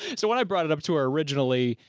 so when i brought it up to her originally,